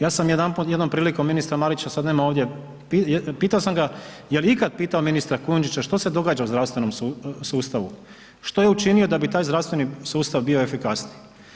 Ja sam jednom prilikom, ministra Marića sada nema ovdje, pitao sam ga jeli ikada pitao ministra Kujundžića što se događa u zdravstvenom sustavu, što je učinio da bi taj zdravstveni sustav bio efikasniji.